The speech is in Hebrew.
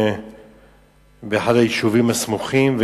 באחד היישובים הסמוכים,